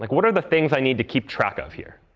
like what are the things i need to keep track of here?